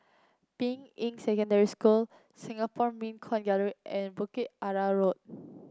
Ping Yi Secondary School Singapore Mint Coin Gallery and Bukit Arang Road